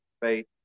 faith